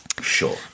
Sure